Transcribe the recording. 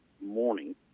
morning